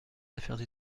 affaires